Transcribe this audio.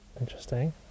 Interesting